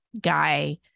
guy